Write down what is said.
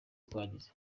twagize